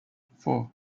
four